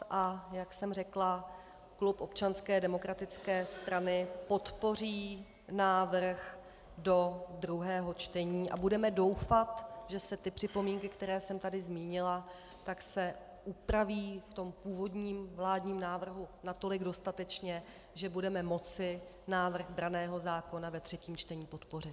A jak jsem řekla, klub Občanské demokratické strany podpoří návrh do druhého čtení a budeme doufat, že se připomínky, které jsem tady zmínila, upraví v původním vládním návrhu natolik dostatečně, že bude moci návrh branného zákona ve třetím čtení podpořit.